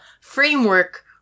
framework